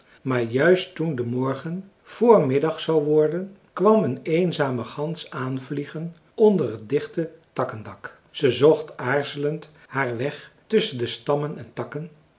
maar juist toen de morgen voormiddag zou worden kwam een eenzame gans aanvliegen onder het dichte takkendak ze zocht aarzelend haar weg tusschen de stammen en takken